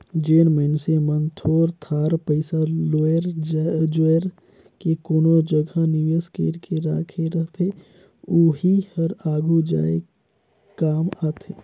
जेन मइनसे मन थोर थार पइसा लोएर जोएर के कोनो जगहा निवेस कइर के राखे रहथे ओही हर आघु जाए काम आथे